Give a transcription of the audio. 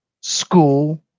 school